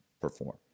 perform